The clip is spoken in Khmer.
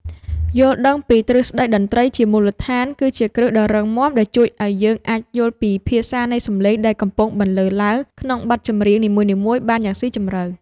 យល់ដឹងពីទ្រឹស្តីតន្ត្រីជាមូលដ្ឋានគឺជាគ្រឹះដ៏រឹងមាំដែលជួយឱ្យយើងអាចយល់ពីភាសានៃសម្លេងដែលកំពុងបន្លឺឡើងក្នុងបទចម្រៀងនីមួយៗបានយ៉ាងស៊ីជម្រៅ។